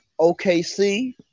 OKC